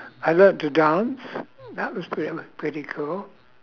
I learnt to dance that was pret~ pretty cool